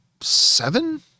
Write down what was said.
Seven